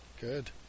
Good